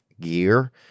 gear